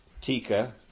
Tika